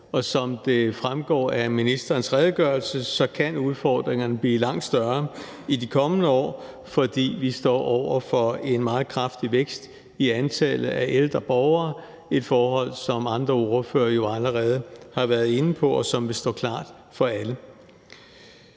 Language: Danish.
som det fremgår af ministerens redegørelse, kan udfordringerne blive langt større i de kommende år, fordi vi står over for en meget kraftig vækst i antallet af ældre borgere; et forhold, som andre ordførere jo allerede har været inde på, og som vil stå klart for alle.